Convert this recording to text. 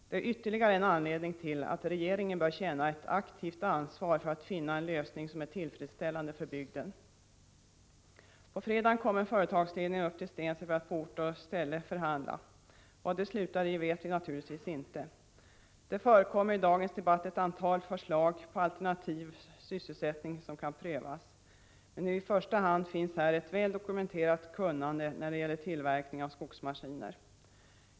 Det är ytterligare en anledning till att regeringen bör känna ett aktivt ansvar för att finna en lösning som är tillfredsställande för bygden. På fredag kommer företagsledningen upp till Stensele för att på ort och ställe förhandla. Vad det slutar i vet vi naturligtvis inte. Det förekommer i dagens debatt ett antal förslag på alternativ sysselsättning som kan prövas, men i första hand finns här ett väl dokumenterat kunnande när det gäller tillverkning av skogsmaskiner.